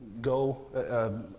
go